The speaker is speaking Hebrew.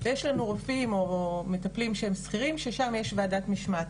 ויש לנו רופאים או מטפלים שהם שכירים ששם יש ועדת משמעת.